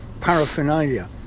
paraphernalia